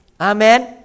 Amen